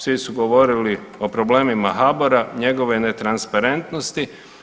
Svi su govorili o problemima HBOR-a, njegovoj netransparentnosti.